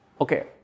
Okay